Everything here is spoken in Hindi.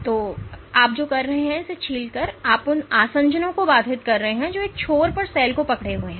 तो आप जो कर रहे हैं उसे छीलकर आप उन आसंजनों को बाधित कर रहे हैं जो एक छोर पर सेल को पकड़े हुए हैं